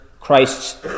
Christ's